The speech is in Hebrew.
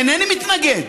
אינני מתנגד,